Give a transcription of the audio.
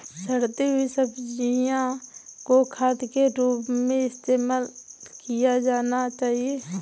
सड़ती हुई सब्जियां को खाद के रूप में इस्तेमाल किया जाना चाहिए